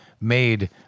made